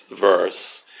verse